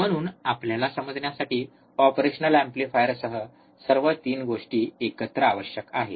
म्हणून आपल्याला समजण्यासाठी ऑपरेशनल एम्पलीफायरसह सर्व 3 गोष्टी एकत्र आवश्यक आहेत